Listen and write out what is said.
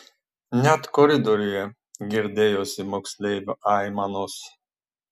net koridoriuje girdėjosi moksleivio aimanos